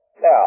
Now